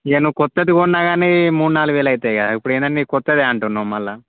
ఇక నువ్వు కొత్తది కొన్నా గానీ మూడు నాలుగు వేలు అవుతాయి కదా ఇప్పుడేందన్నా కొత్తది అంటున్నావు మళ్ళా